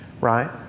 right